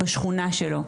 בשכונה שלו,